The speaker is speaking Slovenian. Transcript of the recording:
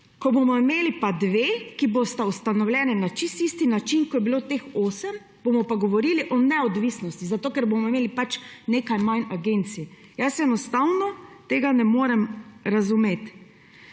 Ko bomo imeli pa dve, ki bosta ustanovljeni na čisto enak način, kot je bilo ustanovljenih teh osem, bomo pa govorili o neodvisnosti, ker bomo imeli pač nekaj manj agencij. Jaz enostavno tega ne morem razumeti.